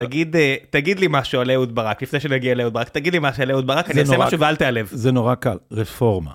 תגיד, תגיד לי משהו על אהוד ברק לפני שנגיע לאהוד ברק, תגיד לי משהו על אהוד ברק, אני אעשה משהו ואל תעלב. זה נורא קל, רפורמה.